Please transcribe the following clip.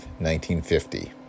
1950